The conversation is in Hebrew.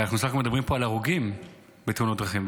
הרי בסך הכול אנחנו מדברים פה על הרוגים בתאונות דרכים.